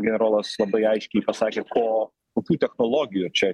generolas labai aiškiai pasakė ko kokių technologijų čia